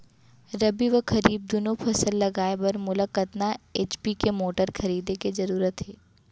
रबि व खरीफ दुनो फसल लगाए बर मोला कतना एच.पी के मोटर खरीदे के जरूरत हे?